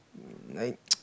like